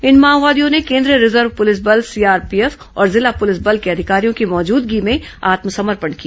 इन माओवादियों ने केन्द्रीय रिजर्व पुलिस बल सीआरपीएफ और जिला पुलिस बल के अधिकारियों की मौजूदगी में आत्मसमर्पण किया